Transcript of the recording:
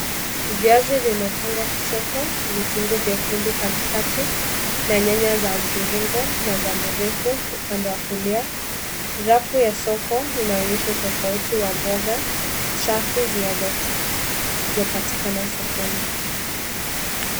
Viazi vimepangwa kushoto, vitunguu vyekundu katikati na nyanya za mviringo na za mrefu upande wa kulia. Rafu ya soko inaonyesha utofauti wa mboga safi zinazopatikana sokoni.